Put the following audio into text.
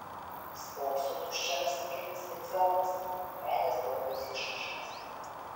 spokso tuščiomis akimis it zombis veidas be jokios išraiškos